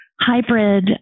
hybrid